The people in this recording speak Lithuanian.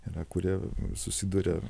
yra kurie susiduria